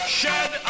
shed